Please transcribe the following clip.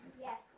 Yes